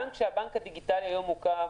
גם כשהבנק הדיגיטלי הוקם,